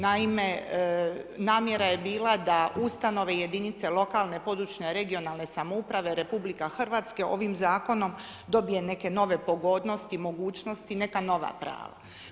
Naime, namjera je bila da ustanove i jedinice lokalne, područne, regionalne samouprave RH ovim Zakonom dobije neke nove pogodnosti, mogućnosti, neka nova prava.